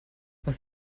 was